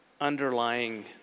underlying